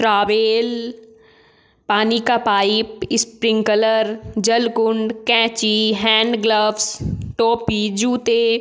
travel पानी का pipe sprinkler जल कुंड कैंची हैन्ड ग्लव्स टोपी जूते